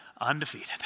undefeated